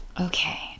Okay